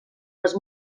les